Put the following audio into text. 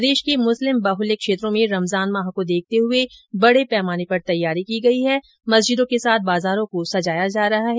प्रदेश के मुस्लिम बाहल्य क्षेत्रों में रमजान माह को देखते हुए बड़े पैमाने पर तैयारी की गई है मस्जिदों के साथ बाजारों को सजाया जा रहा है